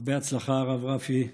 הרבה הצלחה, הרב רפי.